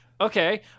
okay